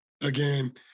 again